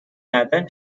کردن